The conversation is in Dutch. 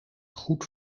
goed